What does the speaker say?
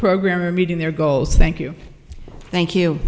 program are meeting their goals thank you thank you